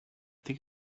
think